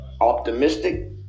optimistic